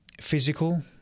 physical